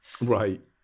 Right